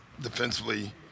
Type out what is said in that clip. defensively